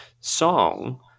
song